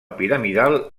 piramidal